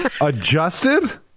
Adjusted